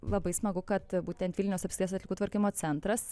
labai smagu kad būtent vilniaus apskrities atliekų tvarkymo centras